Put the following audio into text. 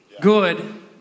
good